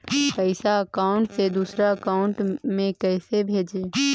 पैसा अकाउंट से दूसरा अकाउंट में कैसे भेजे?